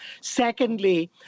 Secondly